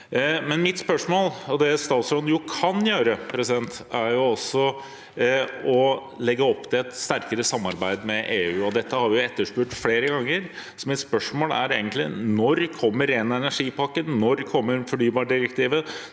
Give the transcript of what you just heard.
i det. Noe statsråden kan gjøre, er å legge opp til et sterkere samarbeid med EU. Det har vi etterspurt flere ganger. Mitt spørsmål er: Når kommer Ren energi-pakken, når kommer fornybardirektivet,